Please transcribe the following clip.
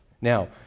Now